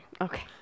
Okay